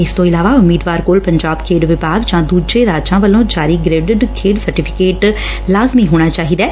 ਇਸ ਤੋਂ ਇਲਾਵਾ ਉਮੀਦਵਾਰ ਕੋਲ ਪੰਜਾਬ ਖੇਡ ਵਿਭਾਗ ਜਾਂ ਦੁਜੇ ਰਾਜਾਂ ਵੱਲੋਂ ਜਾਰੀ ਗ੍ਰੇਡਿਡ ਖੇਡ ਸਰਟੀਫ਼ਿਕੇਟ ਲਾਜ਼ਮੀ ਹੋਣਾ ਚਾਹੀਦੈ